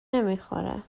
نمیخوره